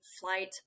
flight